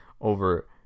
over